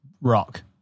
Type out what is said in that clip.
Rock